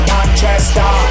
Manchester